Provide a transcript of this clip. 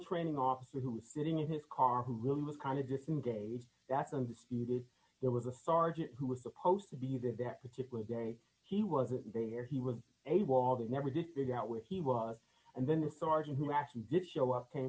training officer who was sitting in his car who really was kind of just some days that's been disputed there was a sergeant who was supposed to be there that particular day he wasn't there he was a ball that never did figure out where he was and then the sergeant who actually did show up